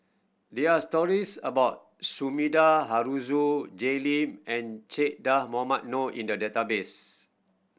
there are stories about Sumida Haruzo Jay Lim and Che Dah Mohamed Noor in the database